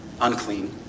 unclean